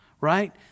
right